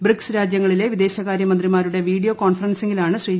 BRICS ് രാജ്യങ്ങളിലെ വിദേശകാര്യ മന്ത്രിമാരുടെ വീഡിയോ കോൺഫ്റ്റൻസിങ്ങിലാണ് ശ്രീ